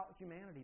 humanity